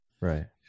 Right